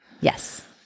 Yes